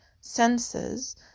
senses